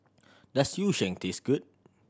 does Yu Sheng taste good